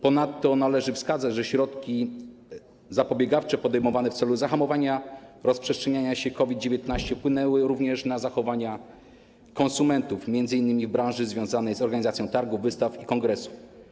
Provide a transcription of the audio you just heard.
Ponadto należy wskazać, że środki zapobiegawcze podejmowane w celu zahamowania rozprzestrzeniania się COVID-19 wpłynęły również na zachowania konsumentów, m.in. w branży związanej z organizacją targów, wystaw i kongresów.